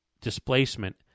displacement